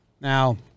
now